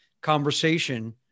conversation